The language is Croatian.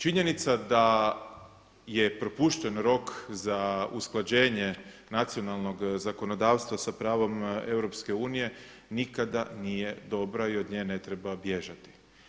Činjenica da je propušten rok za usklađenje nacionalnog zakonodavstva sa pravom EU nikada nije dobra i od nje ne treba bježati.